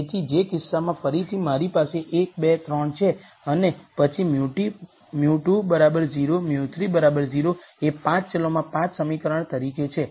તેથી જે કિસ્સામાં ફરીથી મારી પાસે 1 2 3 છે અને પછી μ2 0 μ3 0 એ 5 ચલોમાં 5 સમીકરણો તરીકે છે